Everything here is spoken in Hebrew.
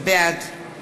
בעד